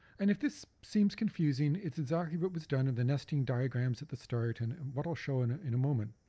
and if this seems confusing it's exactly what was done in the nesting diagrams at the start and what i'll show in ah in a moment.